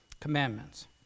Commandments